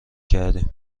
کردیم